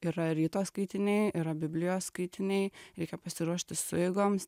yra ryto skaitiniai yra biblijos skaitiniai reikia pasiruošti sueigoms